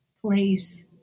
place